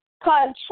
control